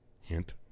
Hint